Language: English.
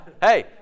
hey